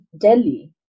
delhi